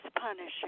punishing